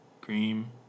cream